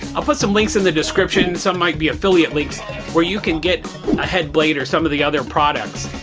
i'll put some links in the description some might be affiliate links where you can get a head blade or some of the other products.